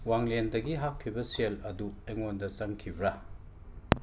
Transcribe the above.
ꯋꯥꯡꯂꯦꯟꯗꯒꯤ ꯍꯥꯞꯈꯤꯕ ꯁꯦꯜ ꯑꯗꯨ ꯑꯩꯉꯣꯟꯗ ꯆꯪꯈꯤꯕ꯭ꯔꯥ